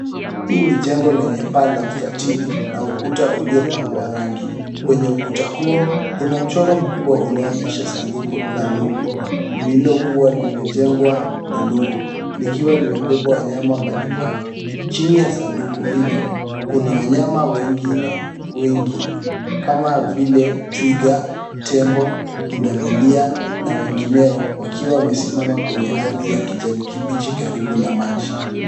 Hii ni jengo lenye paa la msatili na ukuta uliopakwa rangi. Kwenye ukuta huo kuna mchoro mkubwa unaoonyesha sanduku la Nuhu lililokuwa limejengwa na Nuhu likiwa limebeba wanyama mbalimbali. Chini ya sanduku hilo kuna wanyama wengine wengi kama vile twiga, tembo, punda milia na wengineo wakiwa wamesimama kwenye ardhi ya kijani kibichi karibu na maji.